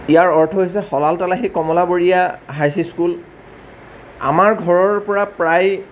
ইয়াৰ অৰ্থ হৈছে হলাল তেলাহী কমলাবৰীয়া হাইচ স্কুল আমাৰ ঘৰৰ পৰা প্ৰায়